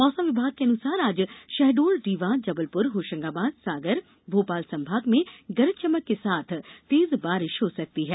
मौसम विभाग के अनुसार आज शहडोल रीवा जबलपुर होशंगाबाद सागर भोपाल संभाग में गरज चमक के साथ तेज बारिश हो सकती है